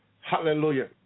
Hallelujah